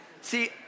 See